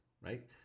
right